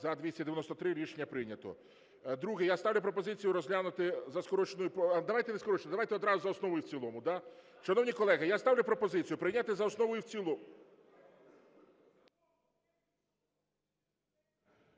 За-293 Рішення прийнято. Друге. Я ставлю пропозицію розглянути за скороченою... Давайте не скороченою, давайте одразу за основу і в цілому. Шановні колеги, я ставлю пропозицію прийняти за основу і в цілому...